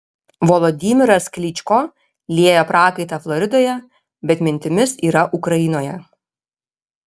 volodymyras klyčko lieja prakaitą floridoje bet mintimis yra ukrainoje